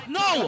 no